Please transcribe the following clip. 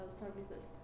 services